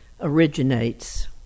originates